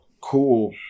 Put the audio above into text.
Cool